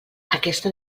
aquesta